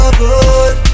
good